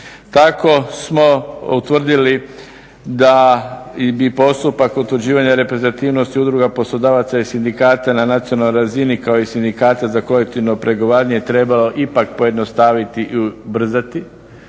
Tako smo utvrdili da bi postupak utvrđivanja reprezentativnosti udruga poslodavaca i sindikata na nacionalnoj razini kao i sindikata za kolektivno pregovaranje trebalo ipak pojednostaviti i ubrzati